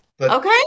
Okay